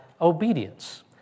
obedience